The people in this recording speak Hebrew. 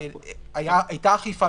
הייתה אכיפה?